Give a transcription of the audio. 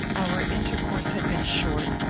our intercourse had been short,